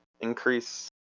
increase